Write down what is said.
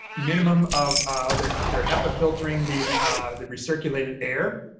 minimum of ah they're they're hepa filtering the the recirculated air.